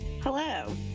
Hello